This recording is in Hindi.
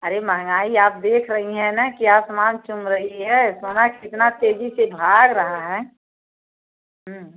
अरे महंगाई आप देख रही हैं ना कि आसमान चूम रही है सोना कितना तेज़ी से भाग रहा है